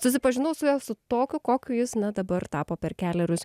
susipažinau su juo su tokiu kokiu jis na dabar tapo per kelerius